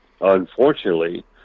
Unfortunately